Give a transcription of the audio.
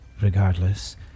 regardless